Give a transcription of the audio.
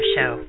Show